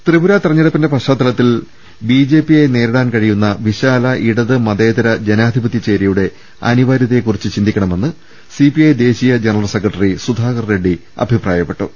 തിപുര തെരഞ്ഞെടുപ്പിന്റെ പശ്ചാത്തലത്തിൽ ബിജെ പിയെ നേരിടാൻ കഴിയുന്ന വിശാല ഇടതു മതേതര ജനാ ധിപത്യ ചേരിയുടെ അനിവാര്യതയെക്കുറിച്ച് ചിന്തിക്ക ണമെന്ന് സിപിഐ ദേശീയ ജനറൽ സെക്രട്ടറി സുധാകർ റെഡ്ഡി അഭിപ്രായപ്പെട്ടു